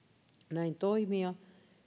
näin toimia